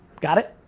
got it?